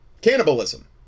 cannibalism